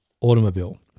automobile